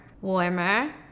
Warmer